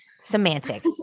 semantics